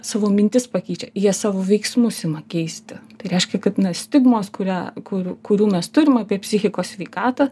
savo mintis pakeičia jie savo veiksmus ima keisti tai reiškia kad na stigmos kurią kur kurių mes turim apie psichikos sveikatą